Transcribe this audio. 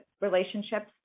relationships